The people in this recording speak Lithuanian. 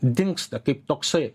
dingsta kaip toksai